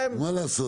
לא